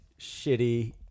shitty